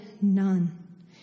none